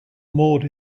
moored